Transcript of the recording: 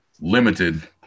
limited